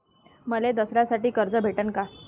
मले दसऱ्यासाठी कर्ज भेटन का?